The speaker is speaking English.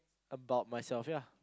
about myself ya